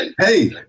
hey